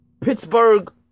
Pittsburgh